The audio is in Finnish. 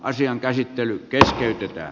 asian käsittely keskeytetään